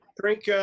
drink